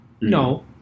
no